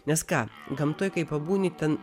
nes ką gamtoj kai pabūni ten